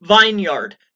vineyard